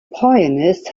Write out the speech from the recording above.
pianists